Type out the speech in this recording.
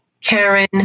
Karen